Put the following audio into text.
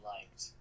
liked